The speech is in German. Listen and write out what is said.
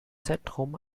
zentrum